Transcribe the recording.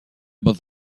voz